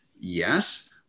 Yes